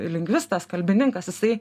lingvistas kalbininkas jisai